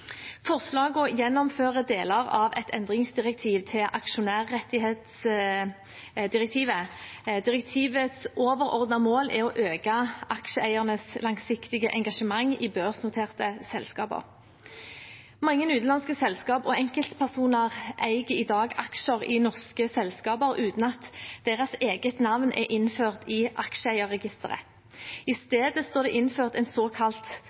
deler av et endringsdirektiv til aksjonærrettighetsdirektivet. Direktivets overordnede mål er å øke aksjeeiernes langsiktige engasjement i børsnoterte selskaper. Mange utenlandske selskaper og enkeltpersoner eier i dag aksjer i norske selskaper uten at deres eget navn er innført i aksjeeierregisteret. I stedet står det innført en såkalt